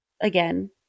again